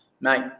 mate